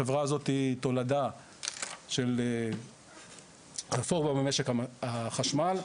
החברה הזו היא תולדה של רפורמה במשק החשמל.